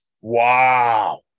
Wow